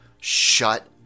Shut